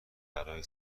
برای